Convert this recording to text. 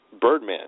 Birdman